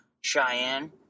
Cheyenne